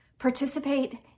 participate